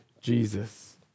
Jesus